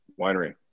Winery